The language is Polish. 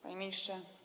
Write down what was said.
Panie Ministrze!